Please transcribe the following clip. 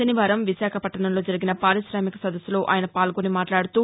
శనివారం విశాఖపట్లణంలో జరిగిన పార్కొశామిక సదస్పులో ఆయన పాల్గొని మాట్లాడుతూ